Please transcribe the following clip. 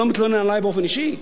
אני לא מתלונן באופן אישי.